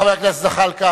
חבר הכנסת צרצור.